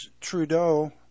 Trudeau